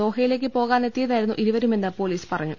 ദോഹയിലേക്ക് പോകാനെത്തിയതായിരുന്നു ഇരുവരുമെന്ന് പോലീസ് പറഞ്ഞു